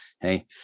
Hey